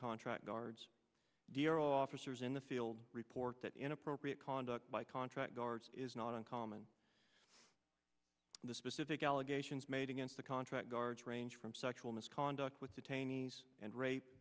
contract guards dear officers in the field report that inappropriate conduct by contract guards is not uncommon in the specific allegations made against the contract guards range from sexual misconduct with detainees and rape